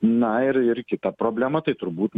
na ir ir kita problema tai turbūt